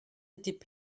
étaient